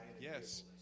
Yes